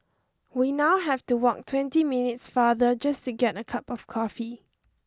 we now have to walk twenty minutes farther just to get a cup of coffee